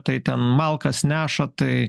tai ten malkas neša tai